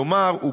כלומר, הוא